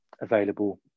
available